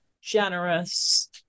generous